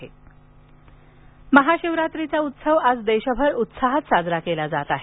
महाशिवरात्र महाशिवरात्रीचा उत्सव आज देशभर उत्साहात साजरा केला जात आहे